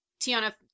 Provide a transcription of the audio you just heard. Tiana